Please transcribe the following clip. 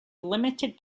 limited